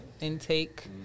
intake